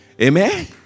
Amen